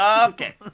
Okay